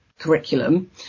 curriculum